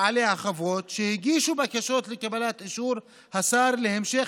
שהגישו בקשות לקבלת אישור השר להמשך